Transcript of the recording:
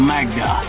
Magda